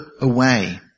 away